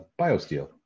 BioSteel